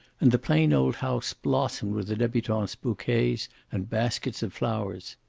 and the plain old house blossomed with the debutante's bouquets and baskets of flowers.